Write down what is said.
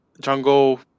Jungle